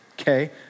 okay